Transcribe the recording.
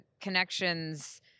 connections